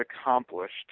accomplished